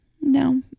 no